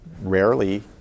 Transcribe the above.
rarely